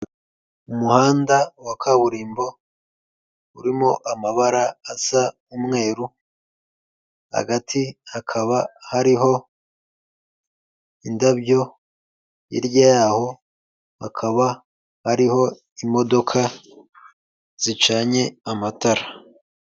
Umuhanda wa kaburimbo urimo amabara asa umweru, hagati hakaba hariho indabyo, hirya y'aho hakaba hariho imodoka zicanye amatara.